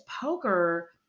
poker